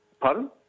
Pardon